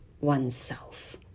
oneself